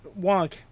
Wonk